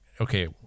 okay